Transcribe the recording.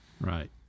right